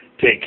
take